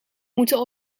moeten